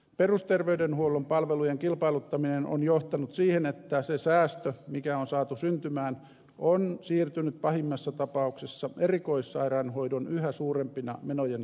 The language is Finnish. perusterveydenhuollon palvelujen kilpailuttaminen on johtanut siihen että se säästö mikä on saatu syntymään on siirtynyt pahimmassa tapauksessa erikoissairaanhoidolle yhä suurempina menojen kasvuna